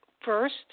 first